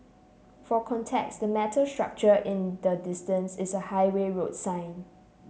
for context the metal structure in the distance is a highway road sign